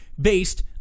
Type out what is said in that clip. based